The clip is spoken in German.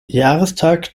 jahrestag